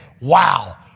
wow